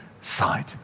Side